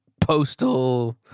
postal